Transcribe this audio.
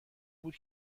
بود